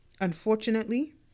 Unfortunately